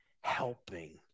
helping